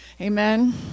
Amen